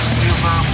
super